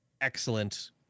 excellent